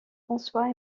conçoit